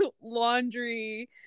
laundry